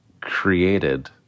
created